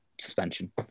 suspension